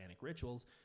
rituals